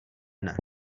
dne